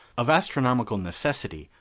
of astronomical necessity,